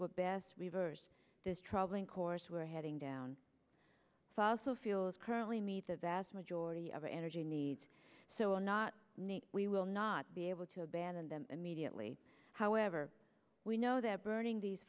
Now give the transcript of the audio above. will best reverse this troubling course we are heading down fossil fuels currently meet the vast majority of our energy needs so are not need we will not be able to abandon them immediately however we know that burning these